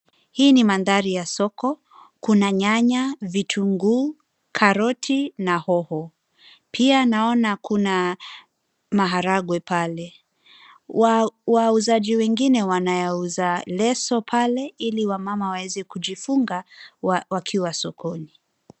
Hii ni mandhari ya soko. Kuna nyanya ,vitunguu, karoti na hoho, pia naona kuna maharagwe pale. Wauzaji wengine wanayauza leso pale ili wamama waweze kujifunga wakiwa sokoni.